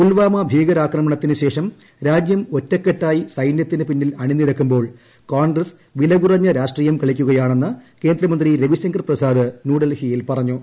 പുൽവാമ ഭീകരാക്രമണത്തിന് ശേഷം രാജ്യം ഒറ്റക്കെട്ടായി സൈന്യത്തിന് പിന്നിൽ അണിനിരക്കുമ്പോൾ കോൺഗ്രസ് വിലകുറഞ്ഞ രാഷ്ട്രീയം കളിക്കുകയാണെന്ന് കേന്ദ്രമന്ത്രി രവിശങ്കർ പ്രസാദ് ന്യൂഡൽഹിയിൽ പറഞ്ഞു